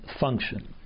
function